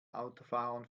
autofahrern